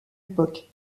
époque